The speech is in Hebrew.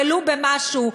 ולו במשהו,